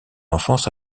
enfance